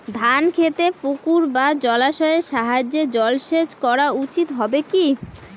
ধান খেতে পুকুর বা জলাশয়ের সাহায্যে জলসেচ করা উচিৎ হবে কি?